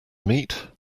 meat